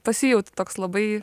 pasijauti toks labai